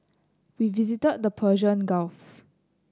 we visited the Persian Gulf